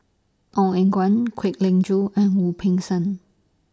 Ong Eng Guan Kwek Leng Joo and Wu Peng Seng